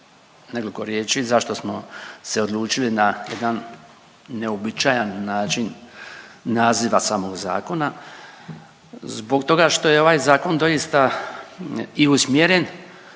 nekoliko riječi zašto smo se odlučili na jedan neuobičajen način naziva samog zakona. Zbog toga što je ovaj zakon doista i usmjeren